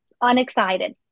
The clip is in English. unexcited